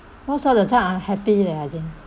most of the time I happy leh I think